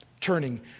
turning